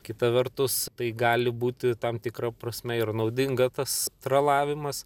kita vertus tai gali būti tam tikra prasme ir naudinga tas tralavimas